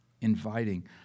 inviting